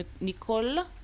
Nicole